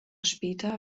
später